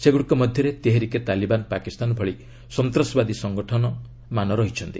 ସେଗୁଡ଼ିକ ମଧ୍ୟରେ ତେହେରିକେ ତାଲିବାନ୍ ପାକିସ୍ତାନ ଭଳି ସନ୍ତାସବାଦୀ ସଙ୍ଗଠନ ରହିଛି